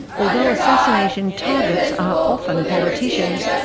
although assassination targets are often politicians,